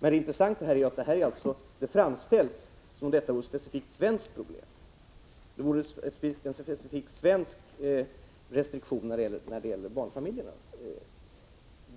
Men det intressanta är alltså att denna fråga framställs som om det vore ett specifikt ' svenskt problem, som om det vore en specifik svensk restriktion när det gäller barnfamiljerna. Så